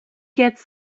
gets